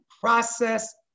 Process